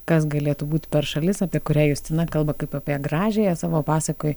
kas galėtų būt per šalis apie kurią justina kalba kaip apie gražiąją savo pasakoj